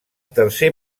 tercer